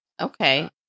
Okay